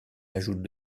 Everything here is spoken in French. ajoute